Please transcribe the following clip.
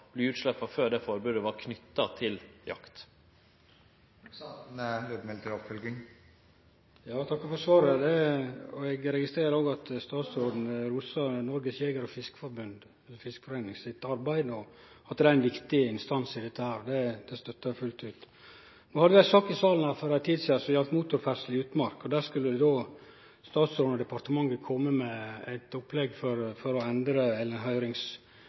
før forbodet var knytte til jakt. Eg takkar for svaret. Eg registrerer òg at statsråden rosar Norges Jeger- og Fiskerforbunds arbeid, og at dei er ein viktig instans i dette, støttar eg fullt ut. Vi hadde ei sak i salen her for ei tid sidan som gjaldt motorferdsel i utmark. Der skulle statsråden og departementet sende på høyring eit opplegg for å endre